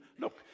Look